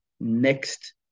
Next